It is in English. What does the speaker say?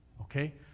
Okay